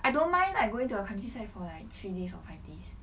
I don't mind like going to a countryside for like three days or five days